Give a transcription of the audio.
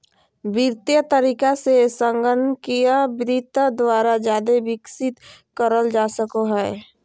वित्तीय तरीका से संगणकीय वित्त द्वारा जादे विकसित करल जा सको हय